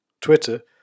Twitter